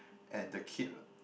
and the kid